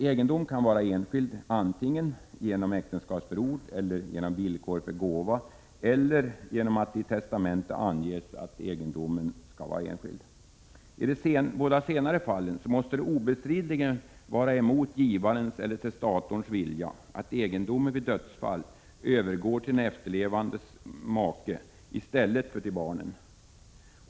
Egendom kan vara enskild genom äktenskapsförord, genom villkor för gåva eller genom att det i testamentet anges att egendomen skall vara enskild. I de både senare fallen måste det obestridligen vara emot givarens eller testatorns vilja att egendomen vid dödsfall skall övergå till efterlevande make i stället för till barnen.